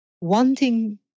wanting